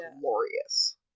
Glorious